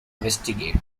investigate